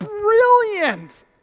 brilliant